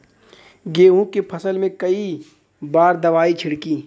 गेहूँ के फसल मे कई बार दवाई छिड़की?